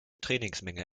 trainingsmenge